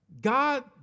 God